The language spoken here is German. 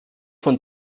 von